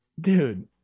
dude